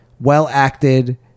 well-acted